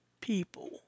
people